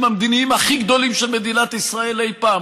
המדיניים הכי גדולים של מדינת ישראל אי פעם,